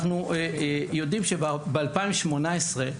אנחנו יודעים שב-2018,